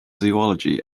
zoology